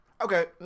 Okay